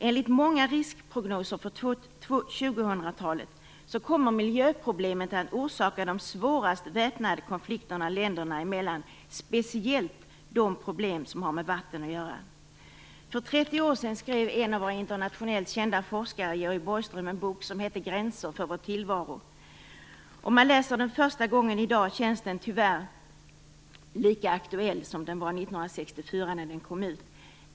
Enligt många riskprognoser för 2000-talet kommer miljöproblemet att orsaka de svåraste väpnade konflikterna länderna emellan. Det gäller speciellt de problem som har med vatten att göra. För 30 år sedan skrev en av våra internationellt kända forskare, Georg Borgström, en bok som heter Gränser för vår tillvaro. Om man läser den för första gången i dag känns den tyvärr lika aktuell som den var 1964, när den kom ut.